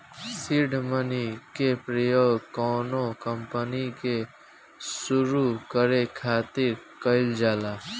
seed money के प्रयोग कौनो कंपनी के सुरु करे खातिर कईल जाला